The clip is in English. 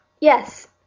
Yes